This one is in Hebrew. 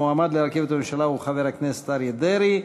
המועמד להרכיב את הממשלה הוא חבר הכנסת אריה דרעי.